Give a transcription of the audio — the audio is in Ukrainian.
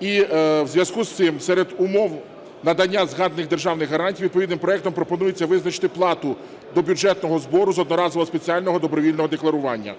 у зв'язку з цим серед умов надання згаданих державних гарантій відповідним проектом пропонується визначити плату до бюджетного збору з одноразового спеціального добровільного декларування.